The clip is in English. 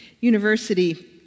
University